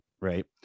right